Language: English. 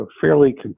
fairly